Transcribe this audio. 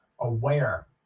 aware